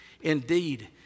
Indeed